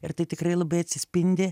ir tai tikrai labai atsispindi